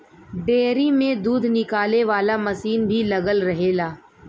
dairy में दूध निकाले वाला मसीन भी लगल रहेला